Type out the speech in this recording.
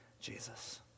Jesus